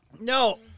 No